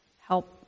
help